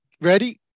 ready